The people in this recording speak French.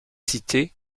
citée